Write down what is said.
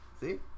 See